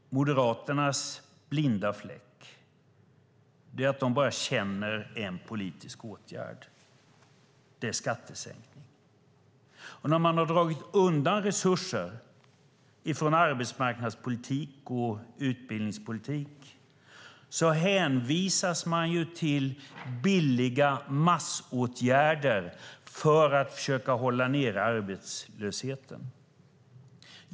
Moderaternas blinda fläck är att de bara känner en enda politisk åtgärd, nämligen skattesänkning. När man har dragit undan resurser från arbetsmarknadspolitik och utbildningspolitik hänvisas man till billiga massåtgärder för att försöka hålla nere arbetslösheten.